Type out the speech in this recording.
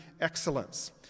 excellence